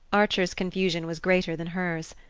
archer's confusion was greater than hers.